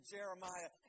Jeremiah